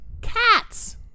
cats